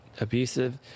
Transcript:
abusive